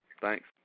Thanks